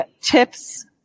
tips